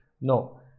no